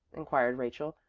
inquired rachel,